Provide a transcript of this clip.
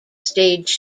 stage